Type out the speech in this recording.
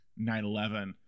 9-11